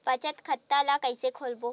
बचत खता ल कइसे खोलबों?